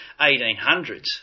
1800s